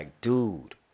dude